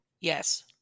yes